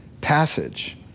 passage